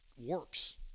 works